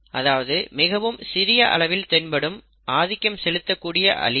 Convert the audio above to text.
அதாவது மிகவும் சிறிய அளவில் தென்படும் ஆதிக்கம் செலுத்தக் கூடிய அலீல்